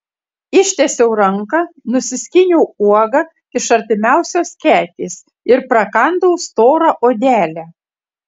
ištiesiau ranką nusiskyniau uogą iš artimiausios kekės ir prakandau storą odelę